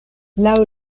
laŭ